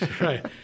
Right